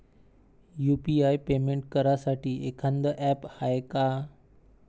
UPI payment करासाठी एखांद app हाय का?